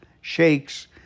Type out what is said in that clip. shakes